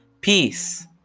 Peace